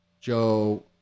Joe